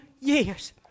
years